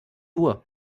uhr